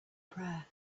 prayer